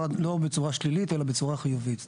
לא בצורה שלילית אלא בצורה חיובית,